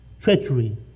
treachery